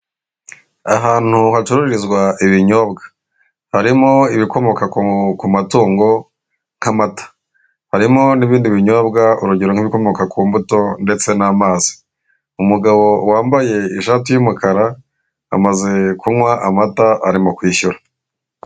Ahantu hacurururizwa ibinyobwa, harimo ibikomoka ku matungo nk'amata, harimo n'ibindi binyobwa urugero nk'ibikomoka ku mbuto ndetse n'amazi, umugabo wambaye ishati y'umukara amaze kunywa amata, arimo kwishyura.